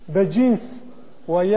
הוא לא היה במדים,